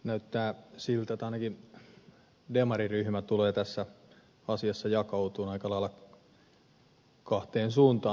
näyttää siltä että ainakin demariryhmä tulee tässä asiassa jakautumaan aika lailla kahteen suuntaan